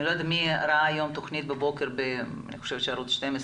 אני לא יודעת מי ראה היום את התכנית בבוקר בערוץ 12,